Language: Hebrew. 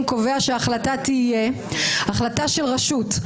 קובע שההחלטה תהיה החלטה של רשות,